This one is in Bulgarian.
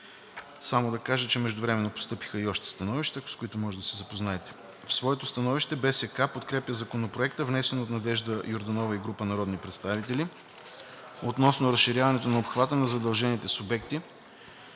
Само да кажа, че междувременно постъпиха и още становища, с които може да се запознаете. В своето становище Българската стопанска камара подкрепя Законопроекта, внесен от Надежда Георгиева Йорданова и група народни представители, относно разширяването на обхвата на задължените субекти